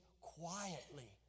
quietly